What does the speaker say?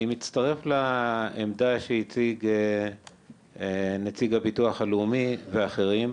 אני מצטרף לעמדה שהציג נציג הביטוח הלאומי ואחרים.